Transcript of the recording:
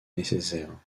nécessaire